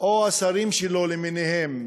או השרים שלו למיניהם